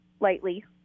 lightly